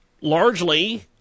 largely